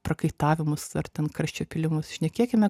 prakaitavimus ar ten karščio pylimus šnekėkime